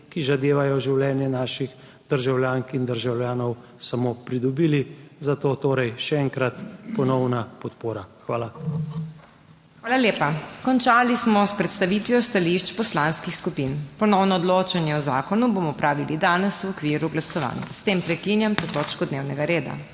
ki zadevajo življenje naših državljank in državljanov, samo pridobili. Zato torej še enkrat ponovna podpora. Hvala. PODPREDSEDNICA MAG. MEIRA HOT: Hvala lepa. 1Končali smo s predstavitvijo stališč poslanskih skupin. Ponovno odločanje o zakonu bomo opravili danes v okviru glasovanj. S tem prekinjam to točko dnevnega reda.